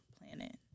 planet